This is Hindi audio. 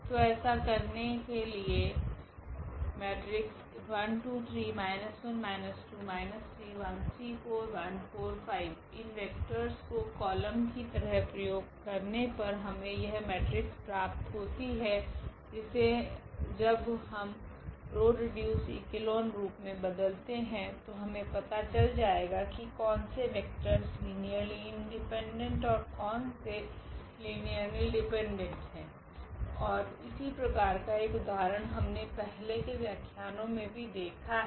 तो ऐसा करने के लिए इन वेक्टरस को कॉलम कि तरह प्रयोग करने पर हमे यह मेट्रिक्स प्राप्त होता है जिसे जब हम रॉ रिड्यूसड इक्लोन रूप मे बदलते है तो हमे पता चल जाएगा कि कोनसे वेक्टरस लीनियरली इंडिपेंडेंट ओर कोन से लीनियरली डिपेंडेंट है ओर इसी प्रकार का एक उदाहरण हमने पहले के व्याख्यानों मे भी देखा है